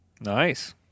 Nice